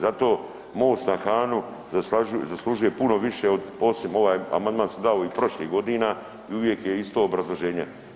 Zato most na Hanu zaslužuje puno više osim ovaj amandman sam dao i prošlih godina i uvijek je isto obrazloženje.